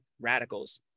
radicals